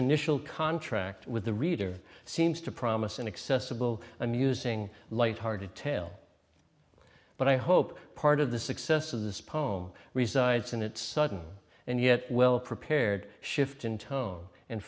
initial contract with the reader seems to promise inaccessible amusing light hearted tale but i hope part of the success of this poem resides in its sudden and yet well prepared shift in tone and